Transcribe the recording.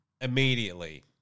immediately